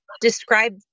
describe